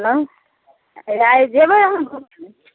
hello हे आइ जेबै अहाँ